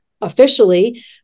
officially